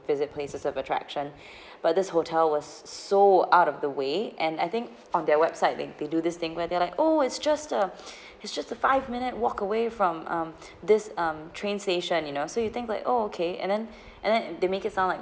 visit places of attraction but this hotel was s~ so out of the way and I think on their website link they do this thing where they're like oh it's just a it's just a five minute walk away from um this um train station you know so you think like oh okay and then and then they make it sound like